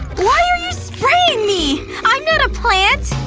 why are you spraying me? i'm not a plant!